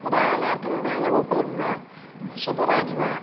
उदाहरणार्थं बालगोकुलं वा शिबिराणि वा